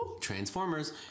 transformers